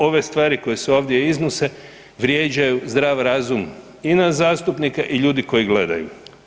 Ove stvari koje se ovdje iznose vrijeđaju zdrav razum i nas zastupnika i ljudi koji gledaju.